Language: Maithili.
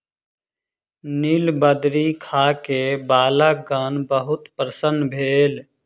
नीलबदरी खा के बालकगण बहुत प्रसन्न भेल